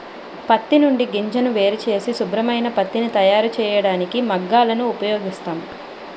పత్తి నుండి గింజను వేరుచేసి శుభ్రమైన పత్తిని తయారుచేయడానికి మగ్గాలను ఉపయోగిస్తాం